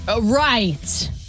Right